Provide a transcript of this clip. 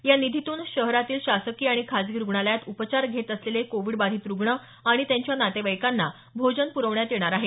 या निधीतून शहरातील शासकीय आणि खाजगी रुग्णालयात उपचार घेत असलेले कोविड बाधीत रुग्ण आणि त्यांच्या नातेवाईकांना भोजन पुरवण्यात येणार आहे